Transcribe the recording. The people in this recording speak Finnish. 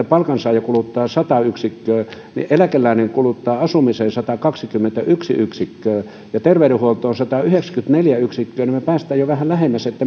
palkansaaja kuluttaa sata yksikköä ja eläkeläinen kuluttaa asumiseen satakaksikymmentäyksi yksikköä ja terveydenhuoltoon satayhdeksänkymmentäneljä yksikköä näin me pääsemme jo vähän lähemmäksi sitä